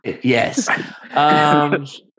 Yes